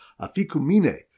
Afikumine